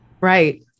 right